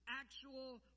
actual